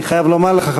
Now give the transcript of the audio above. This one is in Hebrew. אני חייב לומר לך,